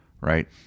right